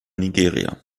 nigeria